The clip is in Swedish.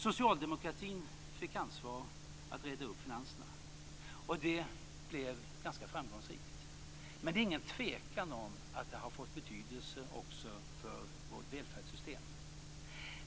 Socialdemokratin fick ansvar för att reda ut finanserna. Och det blev ganska framgångsrikt. Men det är ingen tvekan om att det har fått betydelse också för vårt välfärdssystem.